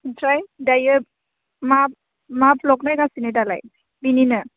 ओमफ्राय दायो मा मा ब्लग नायगासिनो दालाय बेनिनो